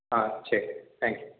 ஆ சரி thank you